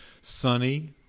sunny